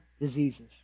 diseases